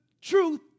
truth